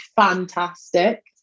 fantastic